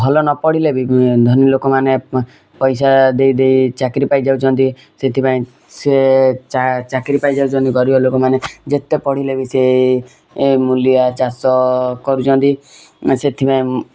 ଭଲ ନ ପଢ଼ିଲେ ବି ଧନୀ ଲୋକମାନେ ପଇସା ଦେଇ ଦେଇ ଚାକିରୀ ପାଇ ଯାଉଛନ୍ତି ସେଥିପାଇଁ ସେ ଚାକିରୀ ପାଇଯାଉଛନ୍ତି ଗରୀବ ଲୋକମାନେ ଯେତେ ପଢ଼ିଲେ ବି ସେ ମୁଲିଆ ଚାଷ କରୁଛନ୍ତି ସେଥିପାଇଁ